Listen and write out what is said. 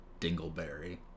dingleberry